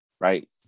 right